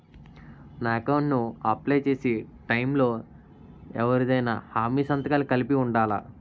నా అకౌంట్ ను అప్లై చేసి టైం లో ఎవరిదైనా హామీ సంతకాలు కలిపి ఉండలా?